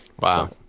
Wow